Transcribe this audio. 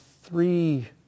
three